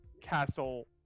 Castle